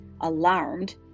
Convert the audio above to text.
Alarmed